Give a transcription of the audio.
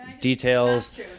details